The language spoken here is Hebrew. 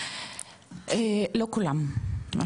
לא כולם.